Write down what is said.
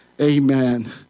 Amen